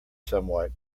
somewhat